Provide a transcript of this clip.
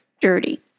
dirty